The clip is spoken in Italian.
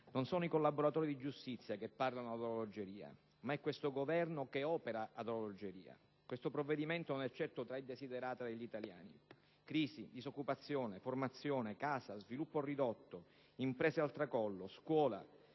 non sono i collaboratori di giustizia che parlano ad orologeria ma è questo Governo che opera ad orologeria: questo provvedimento non è certo tra i *desiderata* degli italiani. Crisi, disoccupazione, formazione, casa, sviluppo ridotto, imprese al tracollo, scuola,